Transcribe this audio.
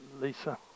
Lisa